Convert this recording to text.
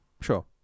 Sure